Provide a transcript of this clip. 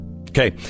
Okay